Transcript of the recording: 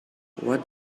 what